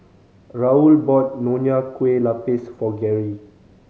Raul bought Nonya Kueh Lapis for Garry